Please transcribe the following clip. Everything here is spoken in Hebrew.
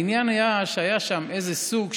העניין היה שהיה שם איזה סוג,